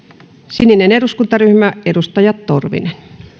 sininen eduskuntaryhmä edustaja torvinen